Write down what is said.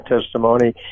testimony